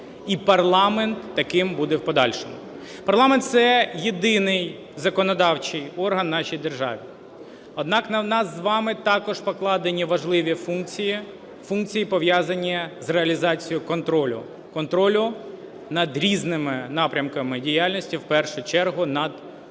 і парламент таким буде в подальшому. Парламент – це єдиний законодавчий орган в нашій державі, однак на нас з вами також покладені важливі функції, пов'язані з реалізацією контролю, контролю над різними напрямками діяльності, в першу чергу над виконавчою